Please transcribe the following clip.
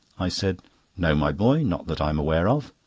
i said no, my boy, not that i'm aware of.